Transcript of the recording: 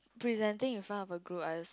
presenting in front of a group I also